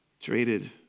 Traded